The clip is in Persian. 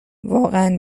واقعا